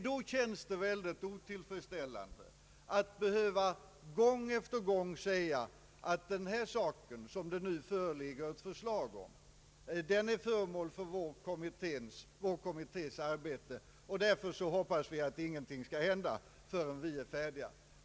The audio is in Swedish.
Då känns det otillfredsställande att gång på gång behöva säga att vi — eftersom det ärende beträffande vilket det föreligger ett förslag är föremål för vår kommittés arbete — hoppas att ingenting skall hända förrän vi är färdiga.